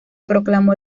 proclamó